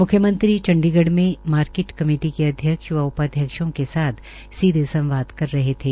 म्ख्यमंत्री चंडीगढ़ में market committee के अध्यक्षों व उपाध्यक्षों के साथ सीधा संवाद कर रहे थे